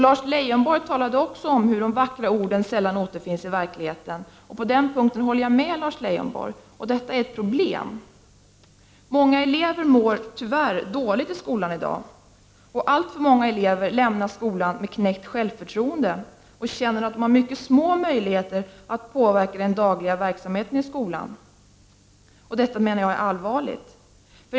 Lars Leijonborg talade också om hur de vackra orden sällan återfinns i verkligheten. På den punkten håller jag med Lars Leijonborg. Detta är ett problem. Många elever mår tyvärr dåligt i skolan i dag. Alltför många elever lämnar skolan med knäckt självförtroende och känner att de har mycket små möjligheter att påverka den dagliga verksamheten i skolan. Detta menar jag är allvarligt.